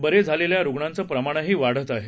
बरे झालेल्या रुगणांचं प्रमाणही वाढत आहे